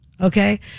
okay